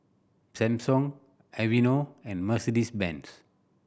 Samsung Aveeno and Mercedes Benz